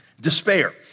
Despair